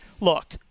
look